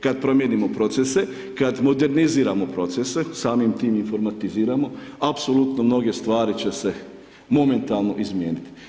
Kad promijenimo procese, kad moderniziramo procese, samim tim informatiziramo, apsolutno mnoge stvari će se momentalno izmijenit.